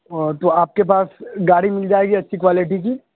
اوہ تو آپ کے پاس گاڑی مل جائے گی اچھی کوالٹی کی